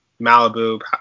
Malibu